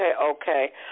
okay